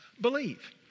believe